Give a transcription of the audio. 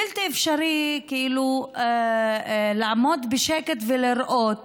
בלתי אפשרי כאילו לעמוד בשקט ולראות